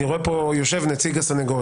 נמצא פה נציג הסנגוריה,